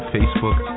Facebook